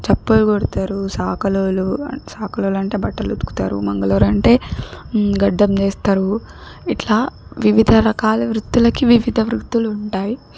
చెప్పులు కుడతారు చాకలోళ్ళు చాకలోళ్ళంటే బట్టలు ఉతుకుతారు మంగలి వాళ్ళంటే గడ్డం తీస్తారు ఇట్లా వివిధ రకాల వృత్తులకి వివిధ వృత్తులుంటాయి